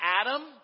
Adam